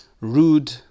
rude